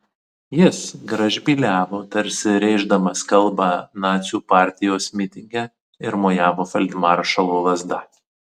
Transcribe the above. jis gražbyliavo tarsi rėždamas kalbą nacių partijos mitinge ir mojavo feldmaršalo lazda